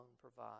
provide